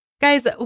Guys